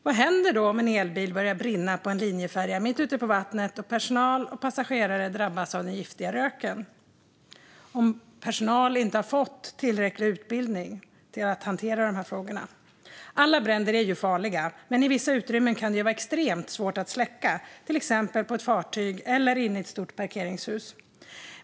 Vad händer då om en elbil börjar brinna på en linjefärja mitt ute på vattnet och personal och passagerare drabbas av den giftiga röken - och om personalen inte har fått tillräcklig utbildning för att hantera de här frågorna? Alla bränder är ju farliga, men i vissa utrymmen kan de vara extremt svåra att släcka - till exempel på ett fartyg eller inne i ett stort parkeringshus.